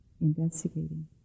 investigating